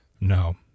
No